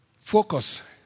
focus